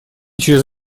через